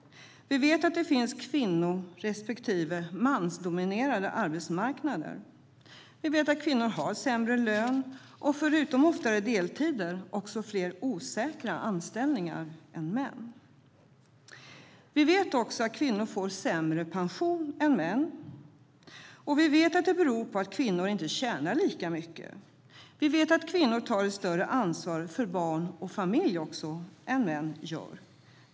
Vi vet att det finns kvinno respektive mansdominerade arbetsmarknader. Vi vet att kvinnor har sämre lön, och förutom deltid oftare har de också fler osäkra anställningar än män. Vi vet också att kvinnor får sämre pension än män. Vi vet att det beror på att kvinnor inte tjänar lika mycket. Vi vet att kvinnor tar ett större ansvar för barn och familj än vad män gör.